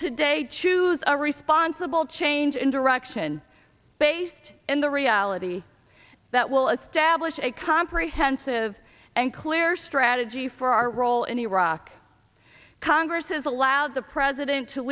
today choose a responsible change in direction based in the reality that will establish a comprehensive and clear strategy for our role in iraq congress has allowed the president to